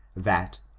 that,